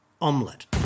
omelette